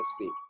speak